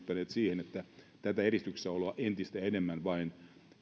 siihen että tätä eristyksissä oloa entistä enemmän vain